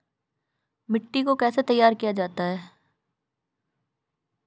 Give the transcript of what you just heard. मिट्टी को कैसे तैयार किया जाता है?